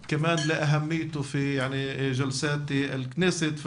הייתי רוצה שהישיבה תתנהל בערבית,